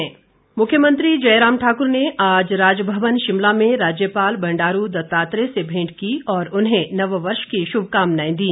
शुभकामनाएं मुख्यमंत्री जयराम ठाकुर ने आज राजभवन शिमला में राज्यपाल बंडारू दत्तात्रेय से भेंट की और उन्हें नववर्ष की श्भकामनाएं दी